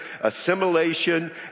assimilation